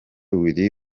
willy